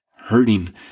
hurting